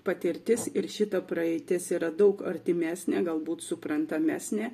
patirtis ir šita praeitis yra daug artimesnė galbūt suprantamesnė